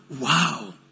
wow